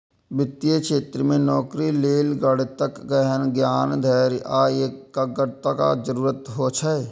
वित्तीय क्षेत्र मे नौकरी लेल गणितक गहन ज्ञान, धैर्य आ एकाग्रताक जरूरत होइ छै